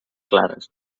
clares